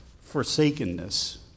forsakenness